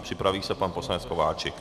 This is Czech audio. Připraví se pan poslanec Kováčik.